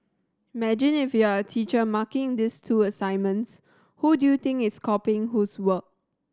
imagine if you are teacher marking these two assignments who do you think is copying whose work